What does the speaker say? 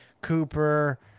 Cooper